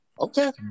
Okay